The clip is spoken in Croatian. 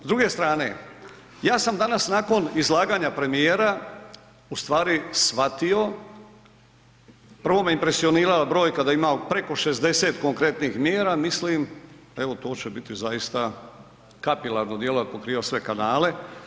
S druge strane, ja sam danas nakon izlaganja premijera u stvari shvatio, prvo me impresionirala brojka da imamo preko 60 konkretnih mjera, mislim, evo to će biti zaista kapilarno djelo ako kriju sve kanale.